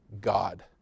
God